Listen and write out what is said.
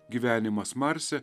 gyvenimas marse